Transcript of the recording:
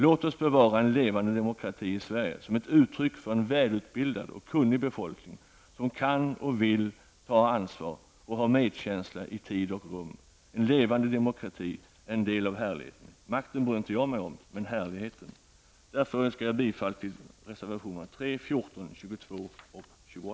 Låt oss bevara en levande demokrati i Sverige som ett uttryck för en välutbildad och kunnig befolkning, som kan och vill ta ansvar och har medkänsla i tid och rum! En levande demokrati är en del av härligheten. Makten bryr jag mig inte om, men härligheten. Därför yrkar jag bifall till reservationerna 3, 14, 22